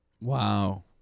Wow